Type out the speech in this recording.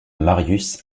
marius